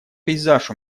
пейзаж